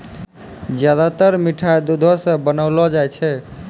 ज्यादातर मिठाय दुधो सॅ बनौलो जाय छै